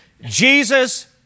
Jesus